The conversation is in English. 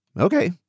okay